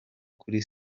kuri